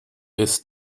ist